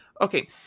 Okay